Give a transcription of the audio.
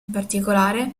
particolare